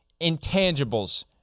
intangibles